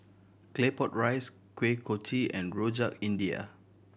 Claypot Rice Kuih Kochi and Rojak India